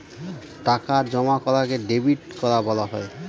টাকা জমা করাকে ডেবিট করা বলা হয়